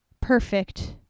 perfect